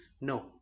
No